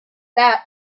that